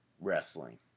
wrestling